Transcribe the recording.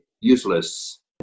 useless